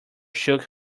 shook